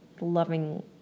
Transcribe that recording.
loving